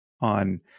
on